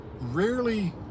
rarely